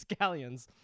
scallions